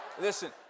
listen